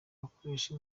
bakoresha